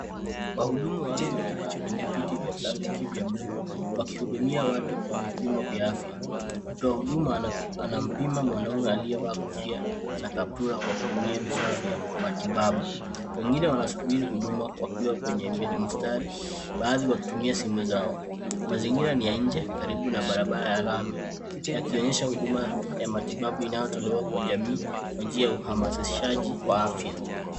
Wahudumu wa afya wamekaa kwenye vitu vya plastiki vya buluu wakihudumia watu kwa vipimo vya afya. Mtu wa huduma anampima mwanume aliyevaa kofia na kaptura kwa kutumia vifaa vya matibabu. Wengune wanasubiri huduma wakiwa kwenye mstari baadhi wakitumia simu zao. Mazingira ni ya nje karibu na barabra ya lami, yakionyesha huduma ya matibabu inayotolewa kwa jamii kwa njia ya uhamasishaji wa afya.